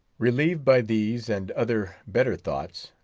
relieved by these and other better thoughts,